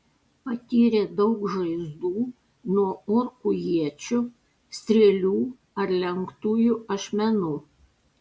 patyrė daug žaizdų nuo orkų iečių strėlių ar lenktųjų ašmenų